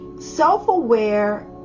Self-aware